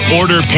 order